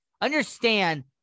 Understand